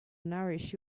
nourish